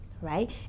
right